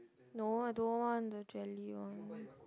no I don't want the jelly one